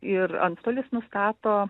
ir antstolis nustato